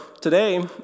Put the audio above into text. today